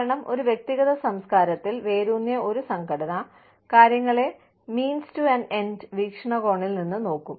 കാരണം ഒരു വ്യക്തിഗത സംസ്കാരത്തിൽ വേരൂന്നിയ ഒരു സംഘടന കാര്യങ്ങളെ മീൻസ് റ്റൂ എൻഡ് വീക്ഷണകോണിൽ നിന്ന് നോക്കും